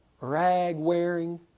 rag-wearing